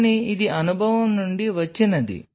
కానీ ఇది అనుభవం నుండి వచ్చినది